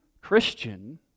Christian